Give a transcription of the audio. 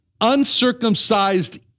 uncircumcised